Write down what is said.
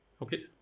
Okay